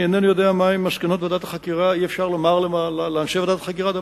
אני אינני יודע מהן מסקנות ועדת החקירה.